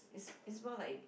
is is more like